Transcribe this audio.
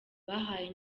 bahaye